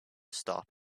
stop